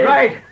Right